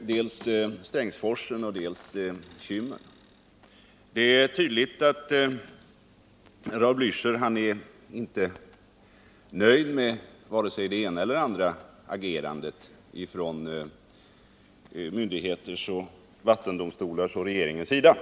dels Strängsforsen och dels Kymmen. Det är tydligt att Raul Blächer inte är nöjd med vare sig det ena eller andra agerandet från vattendomstolars, andra myndigheters eller regeringens sida.